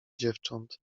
dziewcząt